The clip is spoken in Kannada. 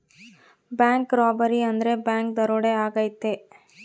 ಬ್ಯಾಂಕ್ ರಾಬರಿ ಅಂದ್ರೆ ಬ್ಯಾಂಕ್ ದರೋಡೆ ಆಗೈತೆ